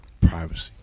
Privacy